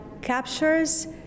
captures